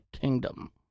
Kingdom